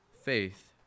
faith